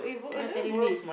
not telling me